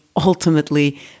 ultimately